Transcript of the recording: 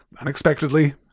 unexpectedly